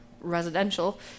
residential